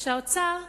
שהאוצר אמר: